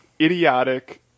idiotic